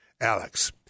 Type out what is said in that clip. Alex